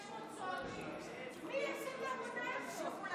600 סוהרים, מי יעשה את העבודה הזאת?